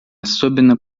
особенно